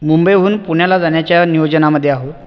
मुंबईहून पुण्याला जाण्याच्या नियोजनामध्ये आहोत